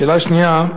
שאלה שנייה,